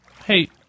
Hey